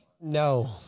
No